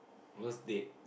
worst date